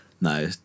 No